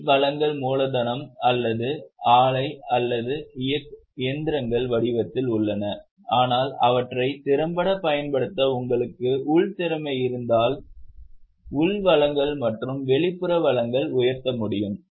வெளி வளங்கள் மூலதனம் அல்லது ஆலை மற்றும் இயந்திரங்களின் வடிவத்தில் உள்ளன ஆனால் அவற்றை திறம்பட பயன்படுத்த உங்களுக்கு உள் திறமை இருந்தால் உள் வளங்கள் மற்றும் வெளிப்புற வளங்களை உயர்த்த முடியும்